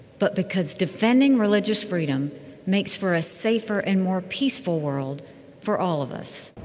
but because defending religious freedom makes for a safer and more peaceful world for all of us.